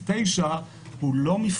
היא תפיסה מוזרה